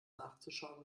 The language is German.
nachzuschauen